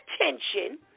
attention